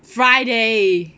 Friday